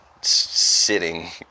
sitting